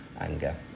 anger